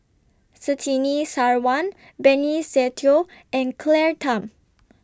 Surtini Sarwan Benny Se Teo and Claire Tham